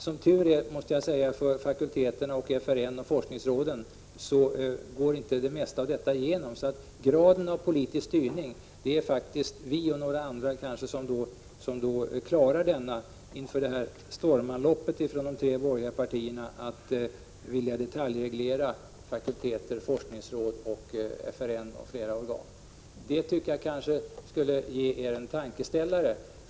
Som tur är för fakulteterna, forskningsråden och FRN går det mesta av detta inte igenom. När det gäller graden av politisk styrning så är det faktiskt vi socialdemokrater och kanske några andra som klarar av stormanloppet från de tre borgerliga partierna i fråga om att vilja detaljreglera fakulteter, forskningsråd, FRN m.fl. organ. Det tycker jag borde ge er en tankeställare.